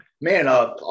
Man